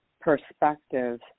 perspective